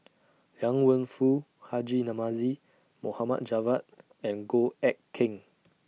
Liang Wenfu Haji Namazie Mohammad Javad and Goh Eck Kheng